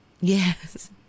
Yes